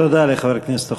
תודה לחבר הכנסת אוחיון.